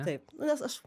taip nu nes aš